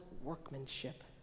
workmanship